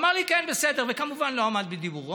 והוא אמר לי: כן, בסדר, וכמובן לא עמד בדיבורו,